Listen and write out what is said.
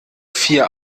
vier